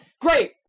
Great